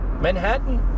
Manhattan